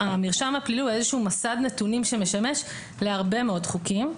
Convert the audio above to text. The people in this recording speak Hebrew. המרשם הפלילי הוא איזשהו מסד נתונים שמשמש להרבה מאוד חוקים.